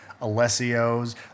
Alessio's